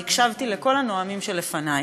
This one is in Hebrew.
והקשבתי לכול הנואמים שלפניי.